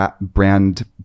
brand